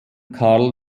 karl